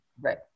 Right